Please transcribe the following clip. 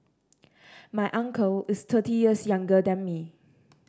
my uncle is thirty years younger than me